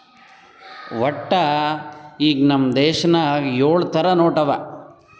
ವಟ್ಟ ಈಗ್ ನಮ್ ದೇಶನಾಗ್ ಯೊಳ್ ಥರ ನೋಟ್ ಅವಾ